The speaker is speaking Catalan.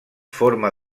forma